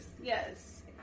Yes